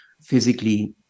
physically